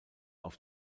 auf